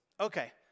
Okay